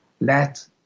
let